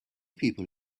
people